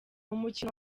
umukino